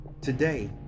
Today